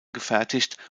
gefertigt